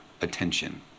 attention